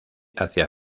hacia